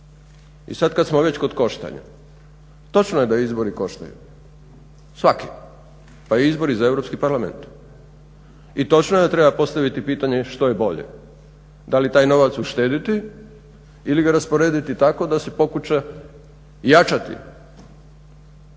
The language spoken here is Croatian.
I sad kad smo već kod koštanja? Točno je da izbori koštaju, svaki pa i izbori za Europski parlament i točno je da treba postaviti pitanje što je bolje, da li taj novac uštediti ili ga rasporediti tako da se pokuša jačati